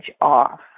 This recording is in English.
off